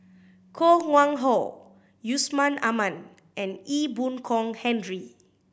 Koh Nguang How Yusman Aman and Ee Boon Kong Henry